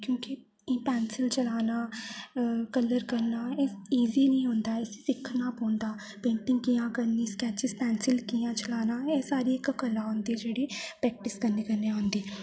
क्योंकि एह् पेंसिल चलाना कलर करना एह् इजी निं होंदा इसी सिक्खना पौंदा पेंटिंग कि'यां करनी स्केच पेंसिल कि'यां चलाना एह् सारी इक कला होंदी जेह्ड़ी प्रेक्टिस करने कन्नै आंदी